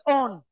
on